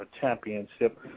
championship